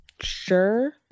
Sure